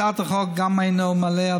הצעת החוק גם אינה מעלה,